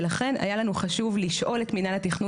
ולכן היה לנו חשוב לשאול את מינהל התכנון